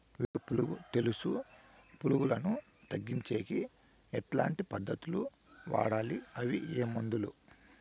వేరు పులుగు తెలుసు పులుగులను తగ్గించేకి ఎట్లాంటి పద్ధతులు వాడాలి? అవి ఏ మందులు?